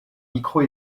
micro